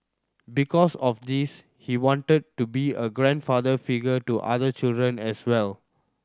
because of this he wanted to be a grandfather figure to other children as well